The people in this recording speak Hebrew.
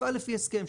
תפעל לפי הסכם,